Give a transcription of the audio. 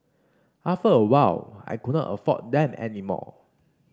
after a while I could not afford them any more